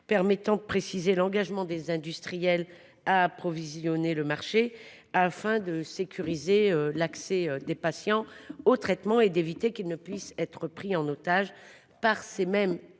permettant de préciser l’engagement des industriels à approvisionner le marché afin de sécuriser l’accès des patients au traitement et d’éviter qu’ils puissent être pris en otage par ces mêmes